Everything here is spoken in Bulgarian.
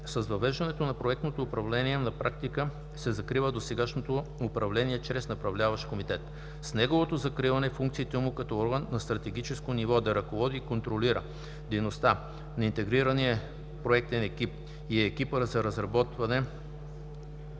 С въвеждането на проектното управление на практика се закрива досегашното управление чрез Направляващ комитет (НК). С неговото закриване функциите му като орган на стратегическо ниво да ръководи и контролира дейността на Интегрирания проектен екип (ИПЕ) и Екипа за разработване